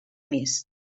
mes